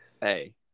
hey